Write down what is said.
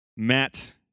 Matt